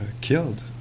killed